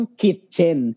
kitchen